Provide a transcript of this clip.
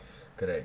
correct